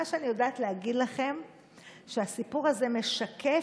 מה שאני יודעת להגיד לכם זה שהסיפור הזה משקף